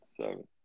Seven